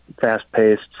fast-paced